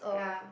yeah